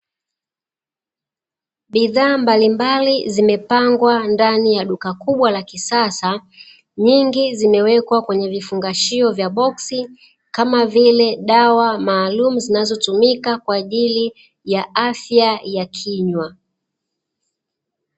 Bidhaa mbalimbali zimepangwa ndani ya duka kubwa la kisasa nyingi zimewekwa kwenye vifungashio vya boksi kama vile dawa maalumu zinazotumika kwa ajili ya afya ya kinywa.